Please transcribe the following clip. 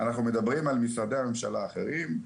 אנחנו מדברים על משרדי הממשלה האחרים,